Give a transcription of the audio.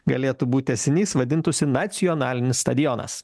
galėtų būt tęsinys vadintųsi nacionalinis stadionas